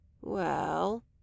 Well